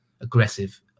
aggressive